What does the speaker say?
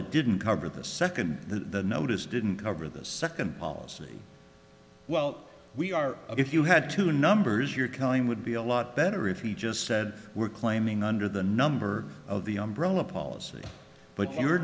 they didn't cover the second the notice didn't cover the second policy well we are if you had two numbers you're calling would be a lot better if you just said we're claiming under the number of the umbrella policy but